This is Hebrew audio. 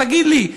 תגיד לי,